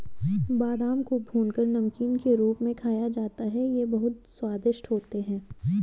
बादाम को भूनकर नमकीन के रूप में खाया जाता है ये बहुत ही स्वादिष्ट लगते हैं